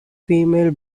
female